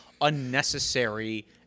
unnecessary